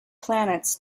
planets